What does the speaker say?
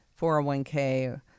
401k